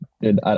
good